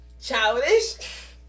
Childish